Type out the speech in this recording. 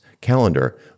calendar